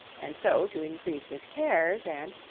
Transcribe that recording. and so to increase his cares and,